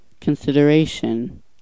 Consideration